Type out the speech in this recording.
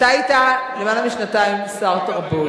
אתה היית למעלה משנתיים שר התרבות.